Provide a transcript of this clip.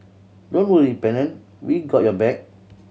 don't worry Pennant we got your back